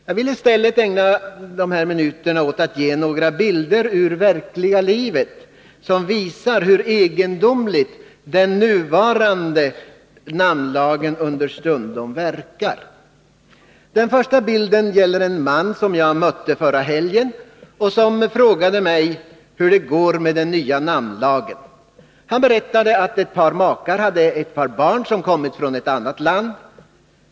Jag vill i stället ägna de här minuterna åt att ge några bilder ur verkliga livet, som visar hur egendomligt den nuvarande namnlagen understundom verkar. Den första bilden gäller en man som jag mötte förra helgen och som frågade mig hur det går med den nya namnlagen. Han berättade att ett par makar hade ett par barn som kommit från ett annat land.